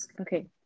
Okay